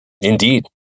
indeed